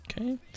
Okay